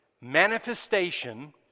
manifestation